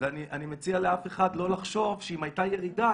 אני מציע לאף אחד לא לחשוב שאם הייתה ירידה,